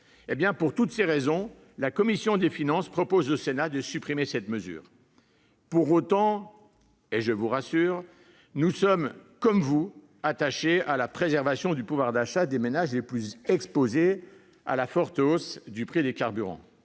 Pour toutes ces raisons, la commission des finances propose au Sénat de supprimer l'indemnité inflation. Pour autant, je vous rassure, nous sommes, tout comme vous, attachés à la préservation du pouvoir d'achat des ménages les plus exposés à une forte hausse des prix des carburants.